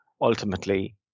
ultimately